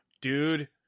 Dude